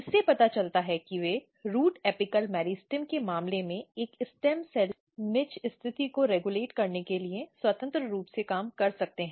इससे पता चलता है कि वे रूट एपिकल मेरिस्टेम के मामले में एक स्टेम सेल निच स्थिति को रेगुलेट करने के लिए स्वतंत्र रूप से काम कर सकते हैं